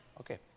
Okay